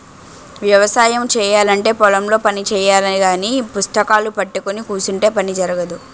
వ్యవసాయము చేయాలంటే పొలం లో పని చెయ్యాలగాని పుస్తకాలూ పట్టుకొని కుసుంటే పని జరగదు